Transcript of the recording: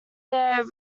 their